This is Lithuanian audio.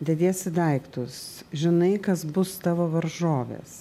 dediesi daiktus žinai kas bus tavo varžovės